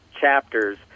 chapters